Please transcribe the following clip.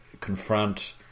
confront